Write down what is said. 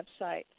website